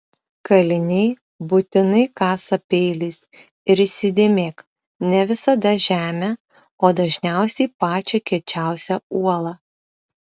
kaliniai būtinai kasa peiliais ir įsidėmėk ne visada žemę o dažniausiai pačią kiečiausią uolą